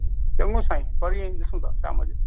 चङो साईं परीहं ईंदुसि मां शाम जो